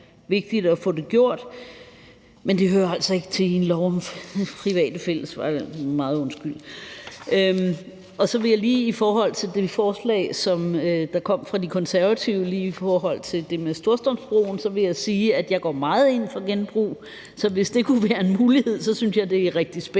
vigtigt at få det gjort, men det hører altså ikke til i en lov om private fællesveje – det må man meget undskylde. Så vil jeg lige, i forhold til det forslag, der kom fra De Konservative, om det med Storstrømsbroen, sige, at jeg går meget ind for genbrug. Så hvis det kunne være en mulighed, synes jeg det kunne være rigtig spændende.